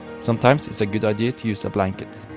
sometimes it's a good idea to use a blanket.